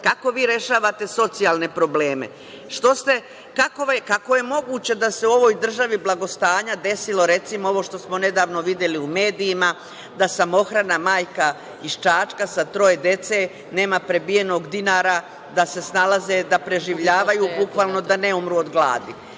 Kako vi rešavate socijalne probleme? Kako je moguće da se u ovoj državi blagostanja desilo ovo što smo nedavno videli u medijima da samohrana majka iz Čačka sa troje dece nema prebijenog dinara, da se snalaze, da preživljavaju bukvalno da ne umru od gladi?